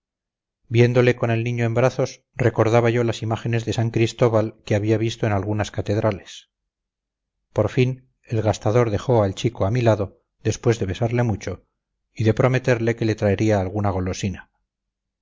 viéndole con el niño en brazos recordaba yo las imágenes de san cristóbal que había visto en algunas catedrales por fin el gastador dejó al chico a mi lado después de besarle mucho y de prometerle que le traería alguna golosina